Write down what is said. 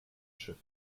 schiff